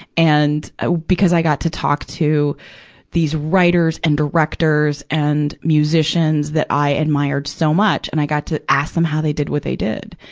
and, ah because i got to talk to these writers and directors and musicians that i admired so much. and i got to ask them how they did what they did.